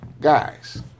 guys